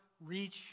reach